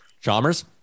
Chalmers